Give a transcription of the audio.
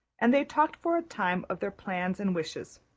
and they talked for a time of their plans and wishes.